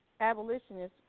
Abolitionists